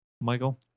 michael